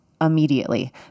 immediately